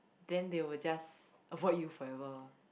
then they will just avoid you forever